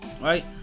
right